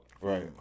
Right